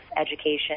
education